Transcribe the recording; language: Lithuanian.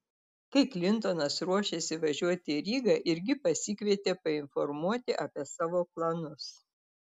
kai klintonas ruošėsi važiuoti į rygą irgi pasikvietė painformuoti apie savo planus